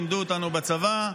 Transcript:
לימדו אותנו בצבא: